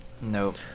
Nope